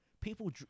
people